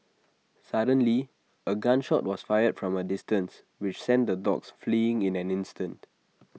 suddenly A gun shot was fired from A distance which sent the dogs fleeing in an instant